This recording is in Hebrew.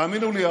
תאמינו לי,